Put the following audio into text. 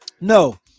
No